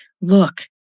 look